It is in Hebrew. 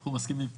אנחנו מסכימים.